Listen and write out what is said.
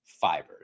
Fibers